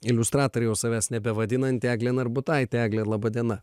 iliustratore jau savęs nebevadinanti eglė narbutaitė egle laba diena